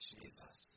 Jesus